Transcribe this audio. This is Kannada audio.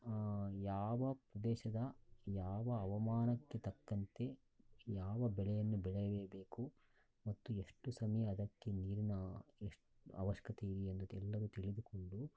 ಯಾವ ದೇಶದ ಯಾವ ಹವಾಮಾನಕ್ಕೆ ತಕ್ಕಂತೆ ಯಾವ ಬೆಳೆಯನ್ನು ಬೆಳೆಯಬೇಕು ಮತ್ತು ಎಷ್ಟು ಸಮಯ ಅದಕ್ಕೆ ನೀರಿನ ಅವಶ್ಯಕತೆ ಇದೆ ಅಂತ ಎಲ್ಲವು ತಿಳಿದುಕೊಂಡು